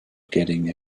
getting